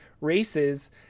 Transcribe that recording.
races